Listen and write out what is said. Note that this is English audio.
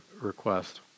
request